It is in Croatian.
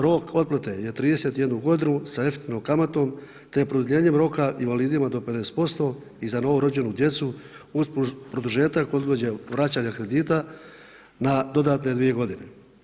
Rok otplate je 31 godinu sa efektivnom kamatom te produljenjem roka invalidima do 50% i za novorođenu djecu uz produžetak odgode vraćanja kredita na dodatne dvije godine.